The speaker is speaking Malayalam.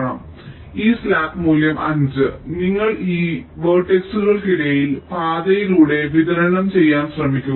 അതിനാൽ ഈ സ്ലാക്ക് മൂല്യം 5 നിങ്ങൾ ഈ ശീർഷങ്ങൾക്കിടയിൽ പാതയിലൂടെ വിതരണം ചെയ്യാൻ ശ്രമിക്കുക